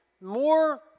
more